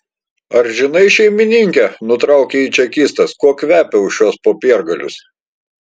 ar žinai šeimininke nutraukė jį čekistas kuo kvepia už šiuos popiergalius